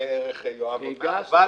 כמו שיואב אמר.